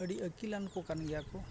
ᱟᱹᱰᱤ ᱟᱹᱠᱤᱞᱟᱱ ᱠᱚ ᱠᱟᱱ ᱜᱮᱭᱟ ᱠᱚ